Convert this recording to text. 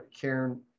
Karen